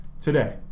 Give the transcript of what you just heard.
Today